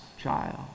child